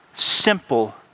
simple